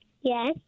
yes